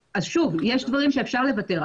שוב, יש דברים אפשר לוותר.